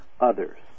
others